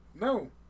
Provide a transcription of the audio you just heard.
No